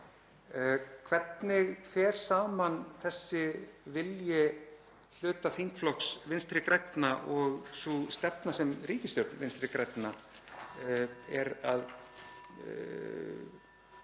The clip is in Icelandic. Hvernig fer saman þessi vilji hluta þingflokks Vinstri grænna og sú stefna sem ríkisstjórn Vinstri grænna er að